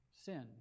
sin